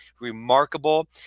Remarkable